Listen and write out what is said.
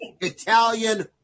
Italian